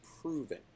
proven